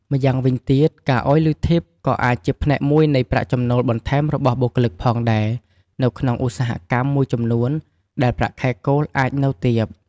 ម្យ៉ាងវិញទៀត ការឲ្យលុយធីប ក៏អាចជាផ្នែកមួយនៃប្រាក់ចំណូលបន្ថែមរបស់បុគ្គលិកផងដែរ នៅក្នុងឧស្សាហកម្មមួយចំនួនដែលប្រាក់ខែគោលអាចនៅទាប។